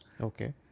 Okay